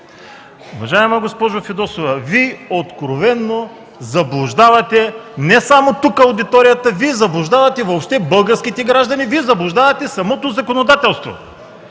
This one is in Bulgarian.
Уважаема госпожо Фидосова, Вие откровено заблуждавате не само аудиторията, Вие заблуждавате въобще българските граждани, заблуждавате самото законодателство!